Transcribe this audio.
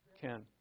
Ken